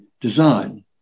design